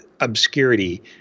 obscurity